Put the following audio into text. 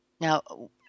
Now